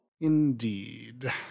Indeed